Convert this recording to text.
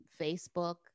facebook